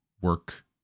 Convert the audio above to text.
work